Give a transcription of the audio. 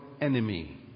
enemy